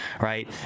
right